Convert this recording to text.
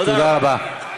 תודה רבה.